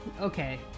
okay